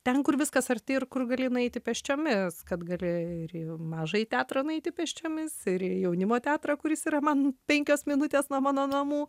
ten kur viskas arti ir kur gali nueiti pėsčiomis kad gali ir į mažąjį teatrą nueiti pėsčiomis ir į jaunimo teatrą kuris yra man penkios minutės nuo mano namų